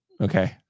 Okay